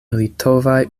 litovaj